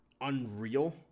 Unreal